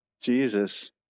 Jesus